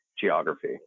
geography